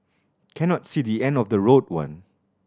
cannot see the end of the road one